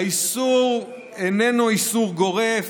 האיסור איננו איסור גורף,